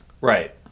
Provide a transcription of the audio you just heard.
right